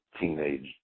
teenage